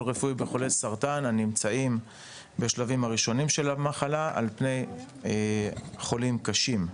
בחולי סרטן הנמצאים בשלבים הראשונים של המחלה על פני חולים קשים.